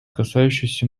касающейся